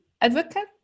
Advocate